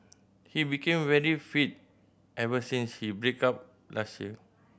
he became very fit ever since he break up last year